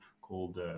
called